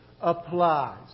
Applies